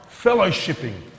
fellowshipping